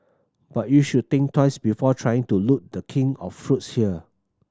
but you should think twice before trying to loot The King of fruits here